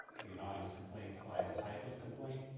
the anonymous complaints by the type of complaint.